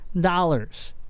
dollars